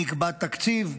נקבע תקציב,